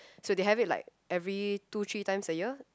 so they have it like every two three times a year